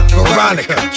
Veronica